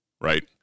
Right